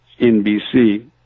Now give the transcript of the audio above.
NBC